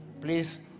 Please